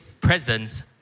presence